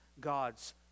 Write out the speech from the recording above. God's